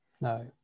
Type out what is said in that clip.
No